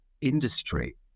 industry